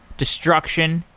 destruction,